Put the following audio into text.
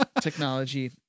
Technology